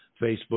Facebook